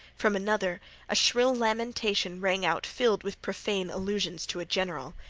from another a shrill lamentation rang out filled with profane allusions to a general.